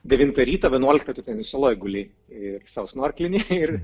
devintą ryto vienuoliktą tu ten saloj guli ir sau snorklini ir